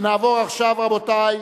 ונעבור עכשיו, רבותי,